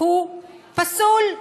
הוא פסול,